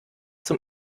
zum